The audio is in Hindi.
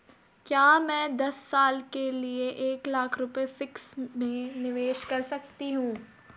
क्या मैं दस साल के लिए एक लाख रुपये फिक्स में निवेश कर सकती हूँ?